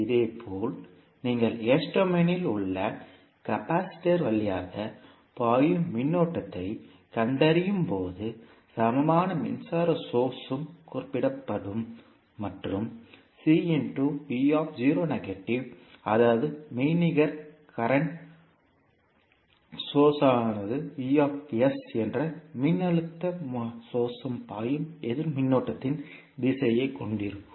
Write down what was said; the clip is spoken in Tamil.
இதேபோல் நீங்கள் S டொமைனில் உள்ள கெபாசிட்டர் வழியாக பாயும் மின்னோட்டத்தைக் கண்டறியும் போது சமமான மின்சார சோர்ஸ்ம் குறிப்பிடப்படும் மற்றும் அதாவது மெய்நிகர் தற்போதைய மூலமின்சார சோர்ஸ்மானது என்ற மின்னழுத்த மூலத்திலிருந்து பாயும் எதிர் மின்னோட்டத்தின் திசையைக் கொண்டிருக்கும்